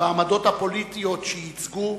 בעמדות הפוליטיות שייצגו